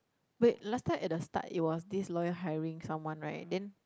wait last time at the start it was this lawyer hiring someone then